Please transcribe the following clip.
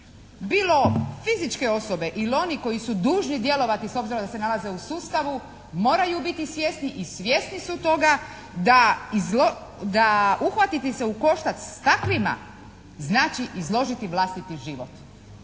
bilo fizičke osobe ili oni koji su dužni djelovati s obzirom da se nalaze u sustavu moraju biti svjesni i svjesni su toga da uhvatiti se u koštac s takvima znači izložiti vlastiti život.